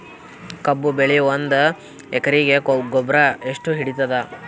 ಕಬ್ಬು ಬೆಳಿ ಒಂದ್ ಎಕರಿಗಿ ಗೊಬ್ಬರ ಎಷ್ಟು ಹಿಡೀತದ?